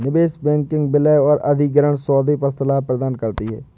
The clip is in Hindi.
निवेश बैंकिंग विलय और अधिग्रहण सौदों पर सलाह प्रदान करती है